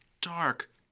dark